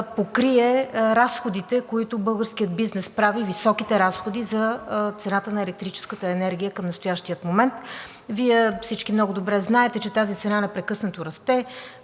покрие разходите, които българският бизнес прави – високите разходи за цената на електрическата енергия към настоящия момент. Всички Вие много добре знаете, че тази цена непрекъснато расте,